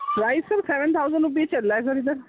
price sir seven thousand rupees چل رہا ہے سر اِدھر